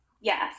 Yes